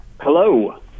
Hello